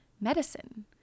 medicine